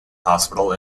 hospital